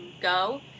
go